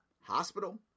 Hospital